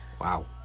Wow